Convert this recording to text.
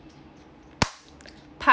part